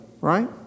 right